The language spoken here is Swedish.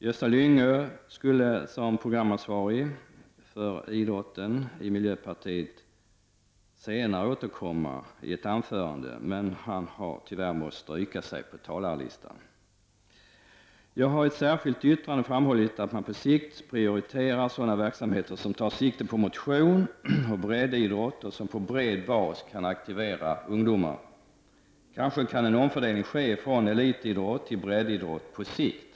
Gösta Lyngå skulle som programansvarig för idrotten i miljöpartiet senare återkomma i ett anförande. Men han har tyvärr måst stryka sig från talarlistan. Jag har i ett särskilt yttrande framhållit att man på sikt måste prioritera sådana verksamheter som tar sikte på motion och breddidrott och som på bred bas kan aktivera ungdomar. Kanske kan en omfördelning ske från elitidrott till breddidrott på sikt.